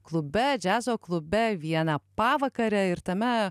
klube džiazo klube vieną pavakarę ir tame